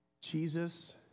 Jesus